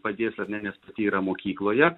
padės ar ne nes yra mokykloje